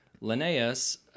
Linnaeus